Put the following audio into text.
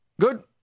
Good